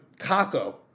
Kako